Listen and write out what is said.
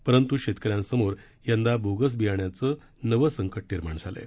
परंतू शेतकऱ्यांसमोर यंदा बोगस बियाण्याचं नवे संकट निर्माण झालंय